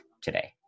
today